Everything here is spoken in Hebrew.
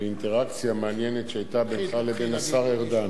על אינטראקציה מעניינת שהיתה בינך לבין השר ארדן.